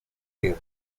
que